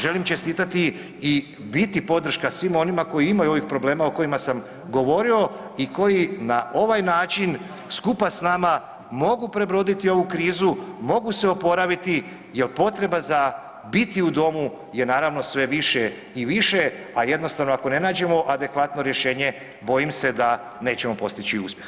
Želim čestitati i biti podrška svim onima koji imaju ovih problema o kojima sam govorio i koji na ovaj način skupa s nama mogu prebroditi ovu krizu, mogu se oporaviti jer potreba za biti u domu je naravno sve više i više, a jednostavno ako ne nađemo adekvatno rješenje bojim se da nećemo postići uspjeh.